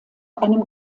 einem